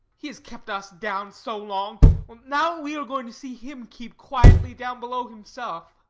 he has kept us down so long now we are going to see him keep quietly down below himself.